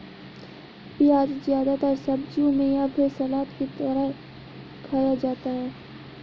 प्याज़ ज्यादातर सब्जियों में या फिर सलाद की तरह खाया जाता है